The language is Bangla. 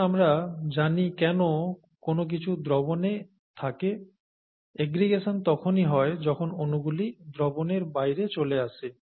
এখন আমরা জানি কেন কোন কিছু দ্রবণে থাকে এগ্রিগেশন তখনই হয় যখন অনুগুলি দ্রবণের বাইরে চলে আসে